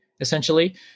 essentially